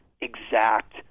exact